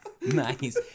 Nice